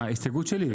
הסתייגות שלי.